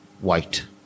white